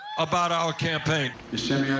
about our campaign sent.